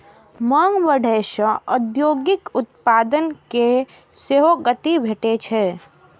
मांग बढ़ै सं औद्योगिक उत्पादन कें सेहो गति भेटै छै